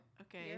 Okay